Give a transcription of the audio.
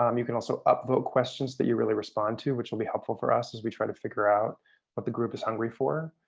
um you can also upvote questions that you really respond to, which will be helpful for us as we try to figure out what the group is hungry for.